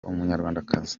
umunyarwandakazi